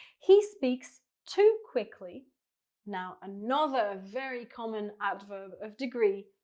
he speaks too quickly now, another very common adverb of degree,